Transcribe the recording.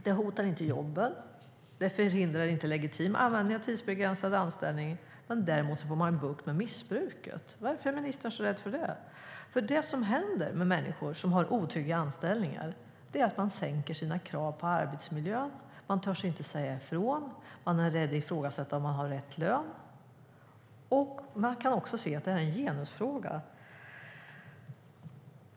Det hotar inte jobben och förhindrar inte legitim användning av tidsbegränsad anställning. Däremot får man bukt med missbruket. Varför är ministern så rädd för det? Det som händer med människor som har otrygga anställningar är att man sänker sina krav på arbetsmiljön. Man törs inte säga ifrån och är rädda att ifrågasätta om man har rätt lön. Det är också en genusfråga.